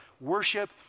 Worship